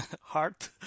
heart